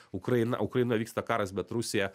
ukraina ukrainoj vyksta karas bet rusija